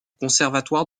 conservatoire